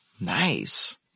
Nice